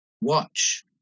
watch